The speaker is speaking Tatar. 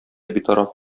битараф